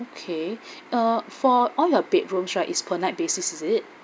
okay uh for all your bedroom sure is per night basis is it